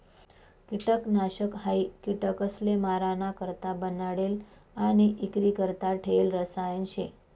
किटकनाशक हायी किटकसले माराणा करता बनाडेल आणि इक्रीकरता ठेयेल रसायन शे